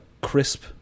crisp